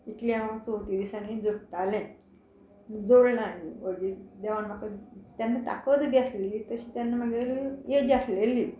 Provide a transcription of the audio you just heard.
इतली हांव चवथी दिसांनी जोडटालें जोडलां हांवें ओगी देवान म्हाका तेन्ना ताकद बी आसली तशी तेन्ना म्हागे एज आसलेली